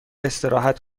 استراحت